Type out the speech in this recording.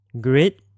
Great